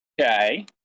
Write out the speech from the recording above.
Okay